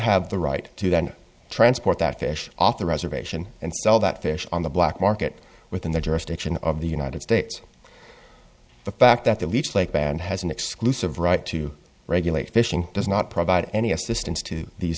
have the right to then transport that fish off the reservation and sell that fish on the black market within the jurisdiction of the united states the fact that the leech lake band has an exclusive right to regulate fishing does not provide any assistance to these